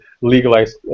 legalize